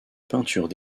peintures